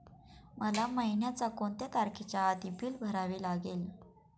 मला महिन्याचा कोणत्या तारखेच्या आधी बिल भरावे लागेल?